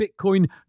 Bitcoin